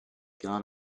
gone